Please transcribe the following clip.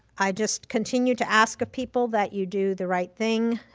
i just continue to ask of people that you do the right thing,